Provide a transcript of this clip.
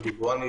דודו בואני,